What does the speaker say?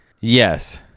Yes